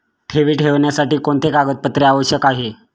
ठेवी ठेवण्यासाठी कोणते कागदपत्रे आवश्यक आहे?